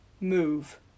move